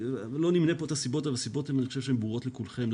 לא נמנה כאן את הסיבות אבל אני חושב שהסיבות ברורות לכולכם,